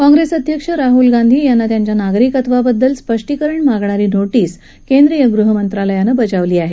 काँग्रेस अध्यक्ष राहुल गांधी यांना त्यांच्या नागरिकत्वाबद्दल स्पष्टीकरण मागणारी नोटीस केंद्रीय गृहमंत्रालयानं बजावली आहे